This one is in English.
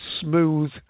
smooth